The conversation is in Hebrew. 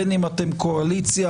בין אם אתם באופוזיציה,